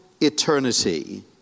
eternity